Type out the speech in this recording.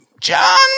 John